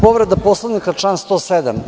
Povreda Poslovnika, član 107.